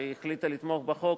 שהחליטה לתמוך בחוק,